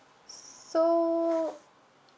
so